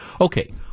Okay